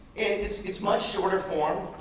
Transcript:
it's it's much shorter form.